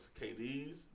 KDs